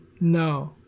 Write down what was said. No